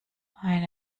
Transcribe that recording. eine